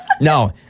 No